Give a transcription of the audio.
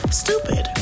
stupid